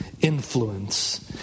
influence